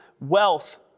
wealth